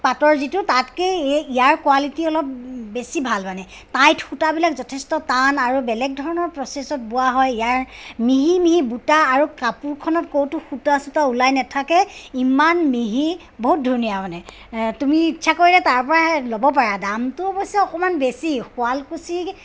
পাটৰ যিটো তাতকে এই ইয়াৰ কোৱালিটি অলপ বেছি ভাল মানে টাইট সূতাবিলাক যথেষ্ট টান আৰু বেলেগ ধৰণৰ প্ৰচেছত বোৱা হয় ইয়াৰ মিহি মিহি বুটা আৰু কাপোৰখনৰ ক'তো সূতা চূতা ওলাই নাথাকে ইমান মিহি বহুত ধুনীয়া মানে তুমি ইচ্ছা কৰিলে তাৰ পৰাহে ল'ব পাৰা দামটো অৱশ্যে অকণমান বেছি শুৱালকুছি